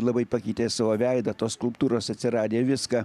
labai pakeitė savo veidą tos skulptūros atsiradę viską